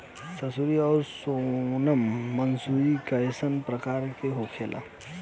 मंसूरी और सोनम मंसूरी कैसन प्रकार होखे ला?